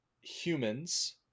humans